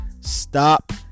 stop